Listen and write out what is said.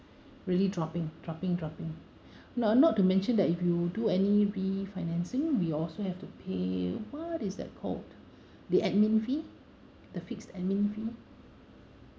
really dropping dropping dropping no not to mention that if you do any refinancing we also have to pay what is that called the admin fee the fixed admin fee